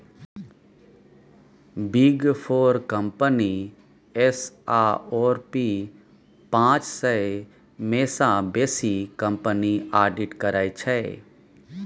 big four company S आओर P पाँच सय मे सँ बेसी कंपनीक आडिट करै छै